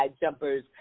jumpers